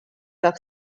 par